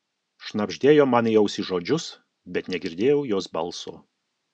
šnabždėjo man į ausį žodžius bet negirdėjau jos balso